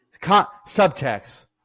Subtext